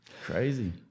Crazy